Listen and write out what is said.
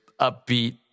upbeat